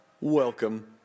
Welcome